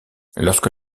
lorsque